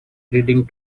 reading